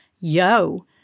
Yo